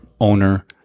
owner